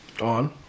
on